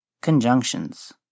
Conjunctions